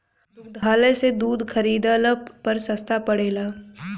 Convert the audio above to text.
दुग्धालय से दूध खरीदला पर सस्ता पड़ेला?